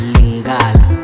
Lingala